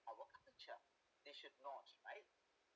our culture they should not right